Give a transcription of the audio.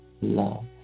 love